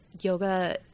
yoga